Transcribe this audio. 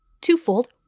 Twofold